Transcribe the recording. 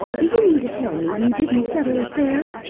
do you mean to tell me you didn't settle it there?